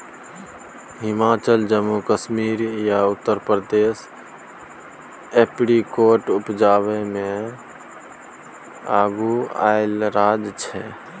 हिमाचल, जम्मू कश्मीर आ उत्तर प्रदेश एपरीकोट उपजाबै मे अगुआएल राज्य छै